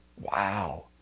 wow